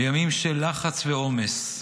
בימים של לחץ ועומס,